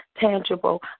tangible